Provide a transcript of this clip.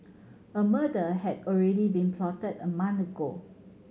a murder had already been plotted a month ago